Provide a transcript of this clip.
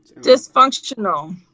Dysfunctional